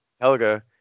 Helga